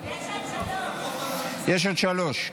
יש עוד שלוש, כן.